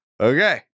Okay